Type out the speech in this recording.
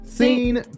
Scene